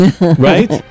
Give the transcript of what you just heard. right